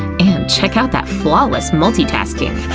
and check out that flawless multi-tasking!